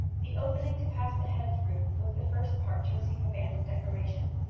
the opening to pass the head through was the first part to receive a band of decoration.